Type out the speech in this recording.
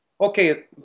okay